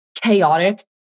chaotic